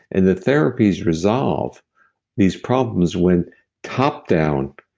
and the therapies resolve these problems when top-down,